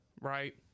Right